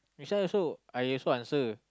this one also I also answer